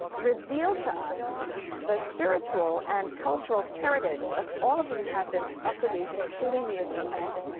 reveal to us the spiritual and cultural heritage of all of the inhabitants of the region, including the israelites.